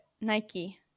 Nike